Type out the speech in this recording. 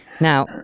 Now